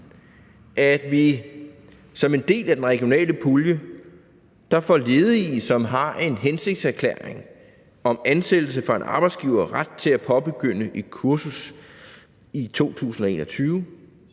at vi som en del af den regionale pulje giver ledige, som har en hensigtserklæring om ansættelse fra en arbejdsgiver, ret til at påbegynde et kursus i 2021;